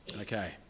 Okay